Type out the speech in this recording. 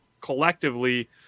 collectively